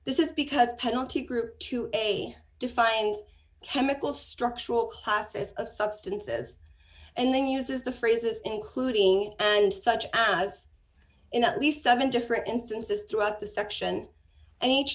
this is because penalty group to a defined chemical structure all classes of substances and then uses the phrases including and such as in at least seven different instances throughout the section and each